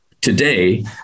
today